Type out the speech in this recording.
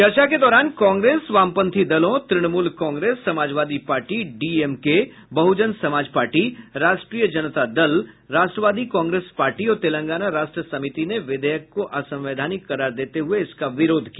चर्चा के दौरान कांग्रेस वामपंथी दलों तृणमूल कांग्रेस समाजवादी पार्टी डीएमके बहुजन समाज पार्टी राष्ट्रीय जनता दल राष्ट्रवादी कांग्रेस पार्टी और तेलांगना राष्ट्र समिति ने विधेयक को असंवैधानिक करार देते हुए इसका विरोध किया